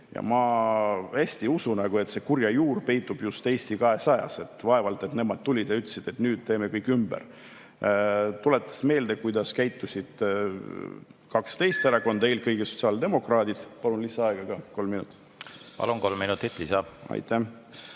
Ma hästi ei usu nagu, et see kurja juur peitub just Eesti 200‑s. Vaevalt et nemad tulid ja ütlesid, et nüüd teeme kõik ümber. Tuletan meelde, kuidas käitusid kaks teist erakonda, eelkõige sotsiaaldemokraadid … Palun lisaaega ka kolm minutit. Palun, kolm minutit lisa! Aitäh!